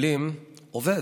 עובד.